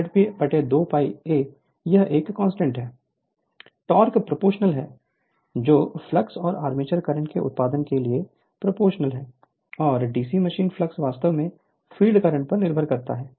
Refer Slide Time 0701 torque proportional है जो flux और आर्मेचर करंट के उत्पाद के लिए प्रोपोर्शनल है और डीसी मशीन फ्लक्स वास्तव में फील्ड करंट पर निर्भर करता है